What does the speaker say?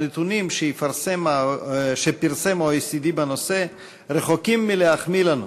הנתונים שפרסם ה-OECD בנושא רחוקים מלהחמיא לנו,